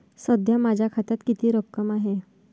सध्या माझ्या खात्यात किती रक्कम आहे?